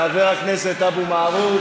אין נמנעים.